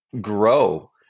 grow